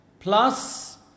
plus